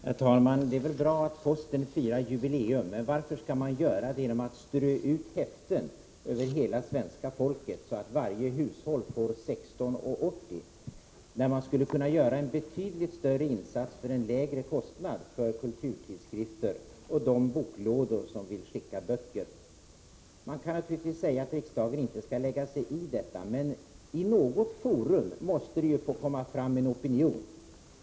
Herr talman! Det är väl bra att Posten firar jubileum. Men varför skall man göra det genom att strö ut häften över hela svenska folket, så att varje hushåll får 16:80, när man för en lägre kostnad skulle kunna göra en betydligt större insats för kulturtidskrifter och de boklådor som vill skicka böcker? Man kan naturligtvis säga att riksdagen inte skall lägga sig i detta. Men i något forum måste det ju få komma fram en opinion.